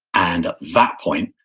and at that point,